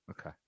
Okay